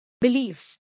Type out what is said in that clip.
beliefs